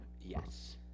Yes